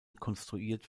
konstruiert